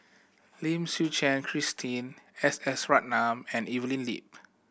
Lim Suchen Christine S S Ratnam and Evelyn Lip